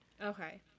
Okay